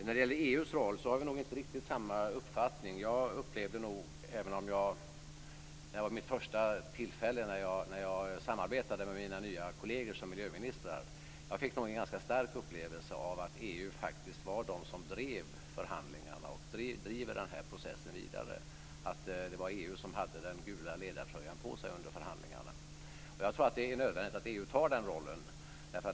När det gäller EU:s roll har vi nog inte riktigt samma uppfattning. Även om det här var mitt första tillfälle då jag samarbetade med mina nya kolleger, miljöministrarna, fick jag en ganska stark upplevelse av att det faktiskt var EU som drev förhandlingarna och som driver den här processen vidare. Det var EU som hade den gula ledartröjan på sig under förhandlingarna. Jag tror att det är nödvändigt att EU tar den rollen.